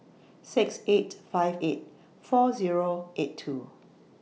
six eight five eight four Zero eight two